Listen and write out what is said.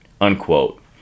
Unquote